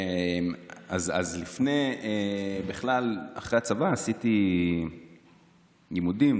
בכלל אחרי הצבא עשיתי לימודים,